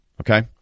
okay